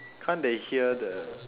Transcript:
can't they hear the